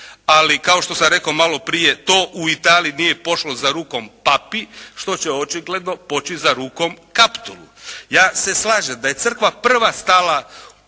ali kao što sam rekao maloprije, to u Italiji nije pošlo za rukom papi što će očigledno poći za rukom Kaptolu. Ja se slažem da je crkva prva stala ili